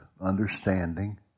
understanding